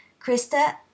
Krista